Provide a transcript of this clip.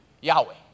Yahweh